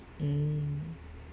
mm